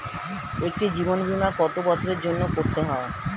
একটি জীবন বীমা কত বছরের জন্য করতে হয়?